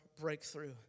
breakthrough